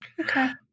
Okay